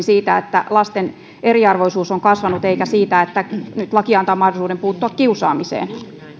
siitä että lasten eriarvoisuus on kasvanut eikä siitä että nyt laki antaa mahdollisuuden puuttua kiusaamiseen